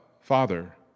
Father